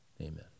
Amen